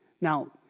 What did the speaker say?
Now